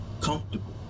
comfortable